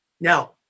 Now